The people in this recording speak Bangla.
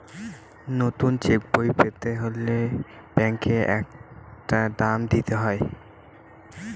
নতুন চেকবই পেতে গেলে ব্যাঙ্কে একটা দাম দিতে হয়